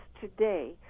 today